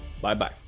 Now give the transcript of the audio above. Bye-bye